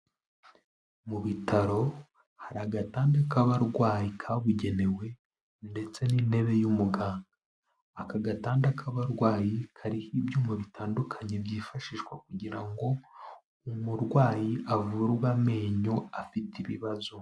Mu bitaro hari agatanda k'abarwayi kabugenewe ndetse n'intebe y'umuganga, aka gatanda k'abarwayi kariho ibyuma bitandukanye byifashishwa kugira ngo umurwayi avurwe amenyo afite ibibazo.